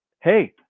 hey